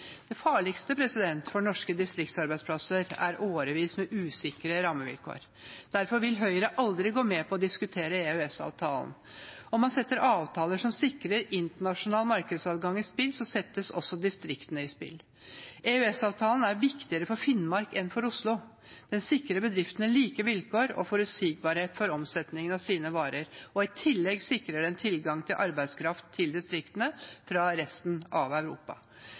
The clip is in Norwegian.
Det farligste for norske distriktsarbeidsplasser er årevis med usikre rammevilkår. Derfor vil Høyre aldri gå med på å diskutere EØS-avtalen. Om man setter avtaler som sikrer internasjonal markedsadgang, i spill, settes også distriktene i spill. EØS-avtalen er viktigere for Finnmark enn for Oslo. Den sikrer bedriftene like vilkår og forutsigbarhet for omsetningen av deres varer. I tillegg sikrer den tilgang til arbeidskraft til distriktene fra resten av Europa,